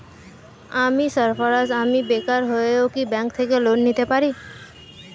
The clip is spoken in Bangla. আমি সার্ফারাজ, আমি বেকার হয়েও কি ব্যঙ্ক থেকে লোন নিতে পারি?